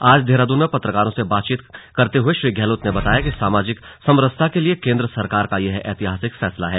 आज देहरादून में पत्रकारों से बातचीत करते हुए श्री गहलोत ने बताया कि सामाजिक सम रसता के लिए केंद्र सरकार का यह ऐतिहासिक फैसला है